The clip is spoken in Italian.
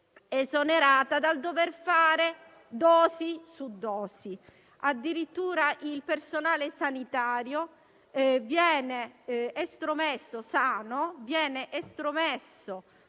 esonerata dal dover fare dosi su dosi. Addirittura il personale sanitario sano viene estromesso